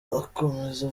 akomeza